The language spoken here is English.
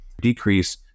decrease